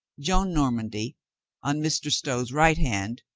joan normandy on mr. stow's right hand,